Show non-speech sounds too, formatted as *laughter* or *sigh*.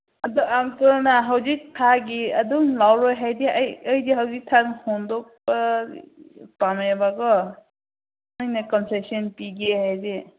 ꯑꯗꯨ ꯑꯪꯀꯜꯅ ꯍꯧꯖꯤꯛ ꯊꯥꯒꯤ ꯑꯗꯨꯝ ꯂꯧꯔꯣꯏ ꯍꯥꯏꯔꯗꯤ ꯑꯩꯗꯤ ꯍꯧꯖꯤꯛ *unintelligible* ꯍꯣꯡꯗꯣꯛꯄ ꯄꯥꯝꯃꯦꯕꯀꯣ ꯅꯪꯅ ꯀꯟꯁꯦꯁꯟ ꯄꯤꯒꯦ ꯍꯥꯏꯗꯤ